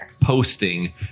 posting